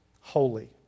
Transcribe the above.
holy